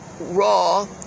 raw